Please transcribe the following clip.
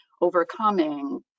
overcoming